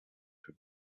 would